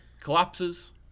collapses